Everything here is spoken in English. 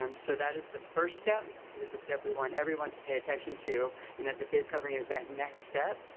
um so that is the first step, it is the step we want everyone to pay attention to and that the face covering is that next step,